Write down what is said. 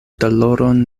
doloron